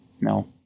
no